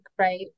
right